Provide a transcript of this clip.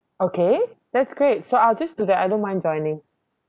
okay that's great so I'll just do that I don't mind joining